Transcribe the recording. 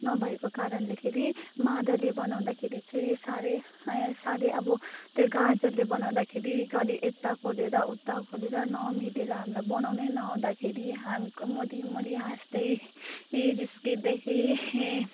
नभएको कारणलेखेरि मादले बनाउँदाखेरि चाहिँ साह्रै साह्रै अब त्यो काजलले बनाउँदाखेरि घरि यता कोरिएर उता कोरेर नमिलेर हामीलाई बनाउनै नआउँदाखेरि हामी मरी मरी हाँस्दै जिस्किँदै